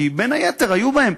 כי בין היתר היו בהם